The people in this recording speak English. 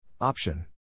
Option